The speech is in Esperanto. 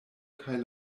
kaj